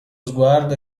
sguardo